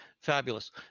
Fabulous